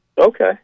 Okay